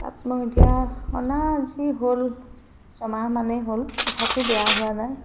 তাত মই এতিয়া অনা আজি হ'ল ছমাহ মানেই হ'ল তথাপিও বেয়া হোৱা নাই